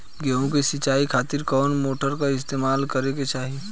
गेहूं के सिंचाई खातिर कौन मोटर का इस्तेमाल करे के चाहीं?